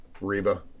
Reba